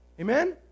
Amen